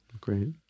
Great